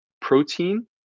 protein